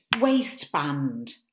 waistband